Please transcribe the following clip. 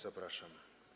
Zapraszam.